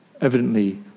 evidently